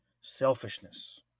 Selfishness